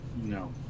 No